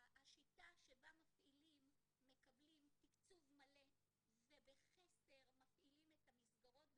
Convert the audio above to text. השיטה שבה מפעילים מקבלים תקצוב מלא ובחסר מפעילים את המסגרות,